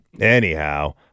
Anyhow